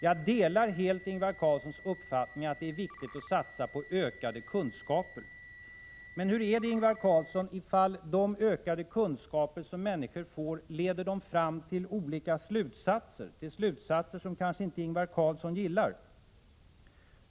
Jag delar helt Ingvar Carlssons uppfattning att det är viktigt att satsa på ökade kunskaper. Men hur är det, ifall de ökade kunskaper som människor får leder dem fram till olika slutsatser, som kanske inte Ingvar Carlsson gillar?